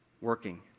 working